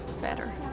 better